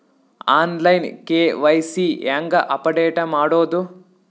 On line KYC ಹೇಂಗ update ಮಾಡೋದು?